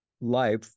life